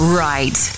right